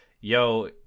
Yo